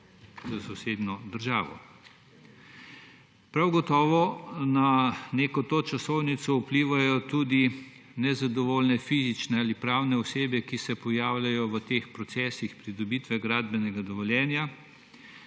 s sosednjo državo. Prav gotovo na neko to časovnico vplivajo tudi nezadovoljne fizične ali pravne osebe, ki se pojavljajo v teh procesih pridobitve gradbenega dovoljenja,